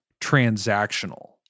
transactional